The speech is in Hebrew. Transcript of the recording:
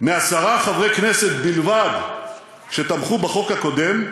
מעשרה חברי כנסת בלבד שתמכו בחוק הקודם,